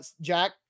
Jack